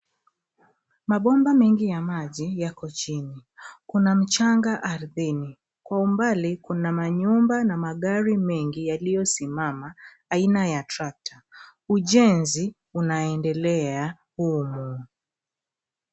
Mabomba mengi ya maji yako chini. Kuna mchanga ardhini. Kwa umbali kuna manyumba na magari mengi yaliyosimama, aina ya trakta. Ujenzi unaendelea humu.